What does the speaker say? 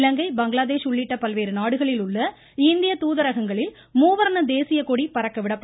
இலங்கை பங்களாதேஷ் உள்ளிட்ட பல்வேறு நாடுகளில் உள்ள இந்திய தூதரகங்களில் மூவர்ண தேசியக்கொடி பறக்க விடப்பட்டது